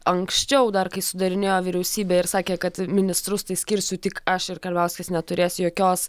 anksčiau dar kai sudarinėjo vyriausybę ir sakė kad ministrus tai skirsiu tik aš ir karbauskis neturės jokios